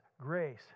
grace